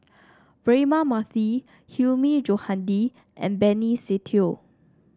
Braema Mathi Hilmi Johandi and Benny Se Teo